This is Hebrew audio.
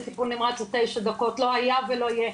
טיפול נמרץ היא תשע דקות לא היה ולא יהיה.